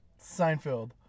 Seinfeld